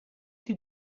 did